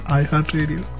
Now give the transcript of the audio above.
iHeartRadio